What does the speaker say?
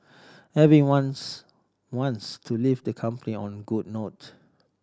everyone's wants to leave their company on a good note